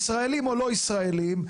ישראלים או לא ישראלים,